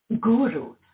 guru